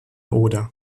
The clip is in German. oder